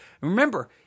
Remember